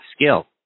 skill